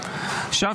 עכשיו,